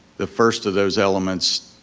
the first of those elements,